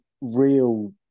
real